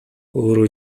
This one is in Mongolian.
өөрөө